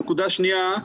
נקודה שנייה.